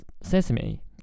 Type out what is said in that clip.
sesame